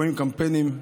רואים קמפיינים,